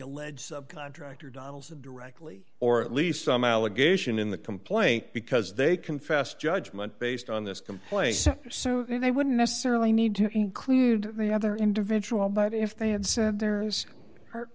alleged subcontractor donal's that directly or at least some allegation in the complaint because they confessed judgment based on this complaint so they wouldn't necessarily need to include the other individual but if they had said there's hurt